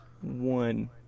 One